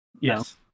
Yes